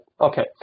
Okay